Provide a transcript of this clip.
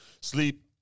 Sleep